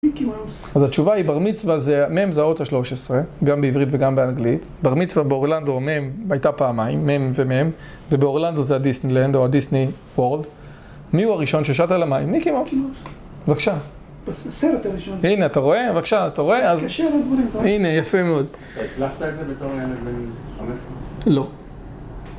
אז התשובה היא, בר מצווה זה, מם זה האוטו 13, גם בעברית וגם באנגלית. בר מצווה, באורלנדו, מם, הייתה פעמיים, מם ומם. ובאורלנדו זה הדיסני לנד או הדיסני וורלד. מי הוא הראשון ששטה למים? מיקי מאוס. בבקשה. בסרט הראשון. הנה, אתה רואה? בבקשה, אתה רואה? קשה לדברים כאלה. הנה, יפה מאוד. אתה הצלחת את זה בתור ה-15? לא.